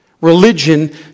Religion